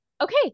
okay